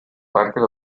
parker